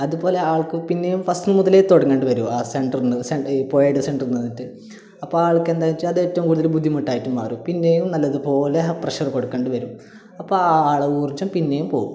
അതുപോലെ ആൾക്ക് പിന്നെയും ഫസ്റ്റ് മുതലേ തുടങ്ങേണ്ടി വരും ആ സെൻ്ററിൽനിന്ന് സെൻ്റ ഈ പുഴയുടെ സെൻ്ററിൽ നിന്നിട്ട് അപ്പം ആൾക്ക് എന്താന്നു വെച്ചാൽ അതേറ്റവും കൂടുതൽ ബുദ്ധിമുട്ടായിട്ട് മാറും പിന്നെയും നല്ലതുപോലെ പ്രഷർ കൊടുക്കേണ്ടി വരും അപ്പോൾ ആ ആളെ ഊർജ്ജം പിന്നെയും പോകും